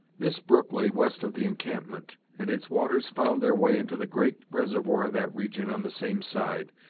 this brook lay west of the encampment, and its waters found their way into the great reservoir of that region on the same side,